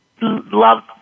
love